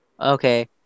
Okay